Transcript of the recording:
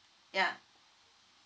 ya